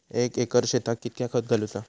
एक एकर शेताक कीतक्या खत घालूचा?